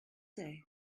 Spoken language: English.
day